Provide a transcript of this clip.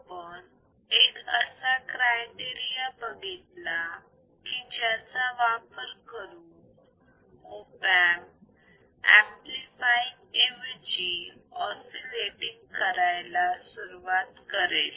आपण एक असा क्रायटेरिया बघितला की ज्याचा वापर करून op amp op amp amplifying ऐवजी ऑसिलेटिंग करायला सुरुवात करेल